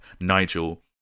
Nigel